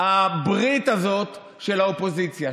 הברית הזאת של האופוזיציה.